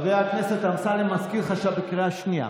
חבר הכנסת אמסלם, מזכיר לך שאתה בקריאה שנייה.